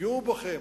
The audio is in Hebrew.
יפגעו בכם?